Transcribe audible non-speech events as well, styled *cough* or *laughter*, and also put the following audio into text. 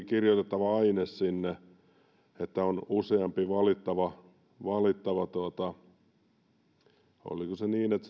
*unintelligible* kirjoitettavaa ainetta niin että on useampi valittava valittava oliko se niin että *unintelligible*